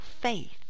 faith